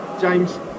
James